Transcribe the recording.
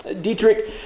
Dietrich